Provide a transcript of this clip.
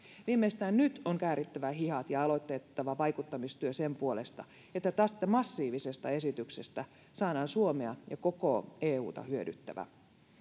viimeistään nyt on käärittävä hihat ja aloitettava vaikuttamistyö sen puolesta että tästä massiivisesta esityksestä saadaan suomea ja koko euta hyödyttävä